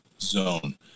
zone